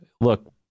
look